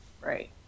Right